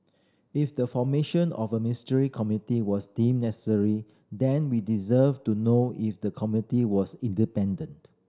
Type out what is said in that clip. if the formation of a Ministerial Committee was deemed necessary then we deserve to know if the committee was independent